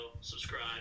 subscribe